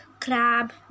crab